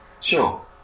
Sure